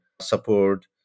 support